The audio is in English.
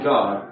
God